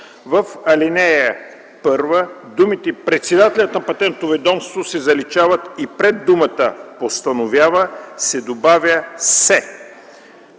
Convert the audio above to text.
В ал. 1 думите „председателят на Патентното ведомство” се заличават и пред думата „постановява” се добавя „се”.